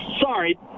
sorry